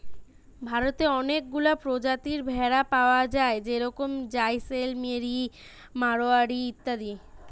ভারতে অনেকগুলা প্রজাতির ভেড়া পায়া যায় যেরম জাইসেলমেরি, মাড়োয়ারি ইত্যাদি